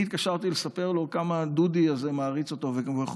אני התקשרתי לספר לו כמה דודי הזה מעריץ אותו ואיך הוא